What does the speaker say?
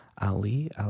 Ali